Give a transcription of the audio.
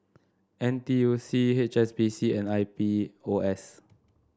N T U C H S B C and I P O S